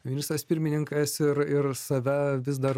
ministras pirmininkas ir ir save vis dar